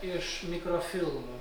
iš mikrofilmų